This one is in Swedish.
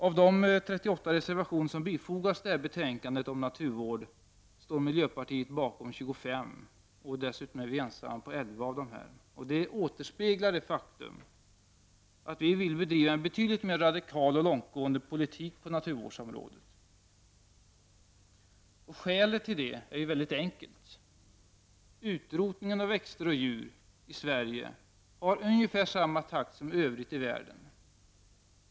Av de 38 reservationer som bifogats detta betänkande om naturvård står miljöpartiet bakom 25, och av dessa är vi ensamma om 11. Det återspeglar det faktum att vi vill bedriva en betydligt mer radikal och långtgående politik på naturvårdsområdet. Skälet till det är mycket enkelt: Utrotningen av växter och djur i Sverige sker i ungefär samma takt som i övriga i världen.